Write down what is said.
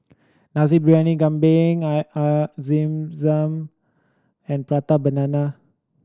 Nasi Briyani Kambing air Air Zam Zam and Prata Banana